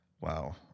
Wow